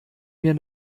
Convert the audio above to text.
mir